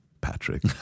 patrick